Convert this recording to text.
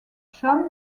cham